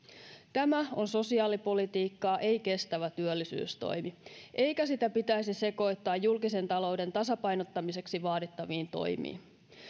tämä on sosiaalipolitiikkaa ei kestävä työllisyystoimi eikä sitä pitäisi sekoittaa julkisen talouden tasapainottamiseksi vaadittaviin toimiin